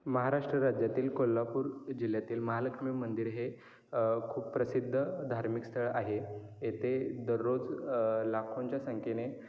महाराष्ट्र राज्यातील कोल्हापूर जिल्ह्यातील महालक्ष्मी मंदिर हे खूप प्रसिद्ध धार्मिक स्थळ आहे येथे दररोज लाखोंच्या संख्येने